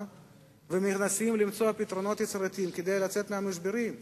ומנסים למצוא פתרונות יצירתיים כדי לצאת מהמשברים.